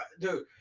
Dude